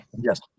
Yes